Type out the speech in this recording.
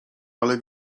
ale